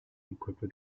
equipped